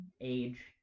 age